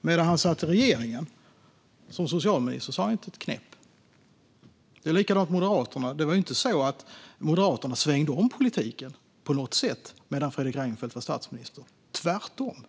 Medan han satt i regeringen som socialminister sa han inte ett knäpp. Det är likadant med Moderaterna. Det var inte så att Moderaterna svängde om politiken på något sätt medan Fredrik Reinfeldt var statsminister. Tvärtom!